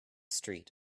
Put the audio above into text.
street